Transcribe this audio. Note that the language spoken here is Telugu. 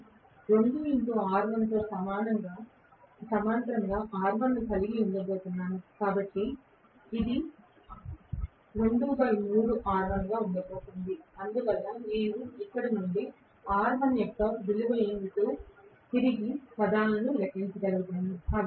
నేను 2 R1 తో సమాంతరంగా R1 ను కలిగి ఉండబోతున్నాను కనుక ఇది 23 R1 గా ఉండబోతోంది అందువల్ల నేను ఇక్కడ నుండి R1 యొక్క విలువ ఏమిటో తిరిగి పదాలను లెక్కించగలుగుతాను